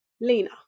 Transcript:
Lena